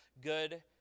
good